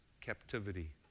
captivity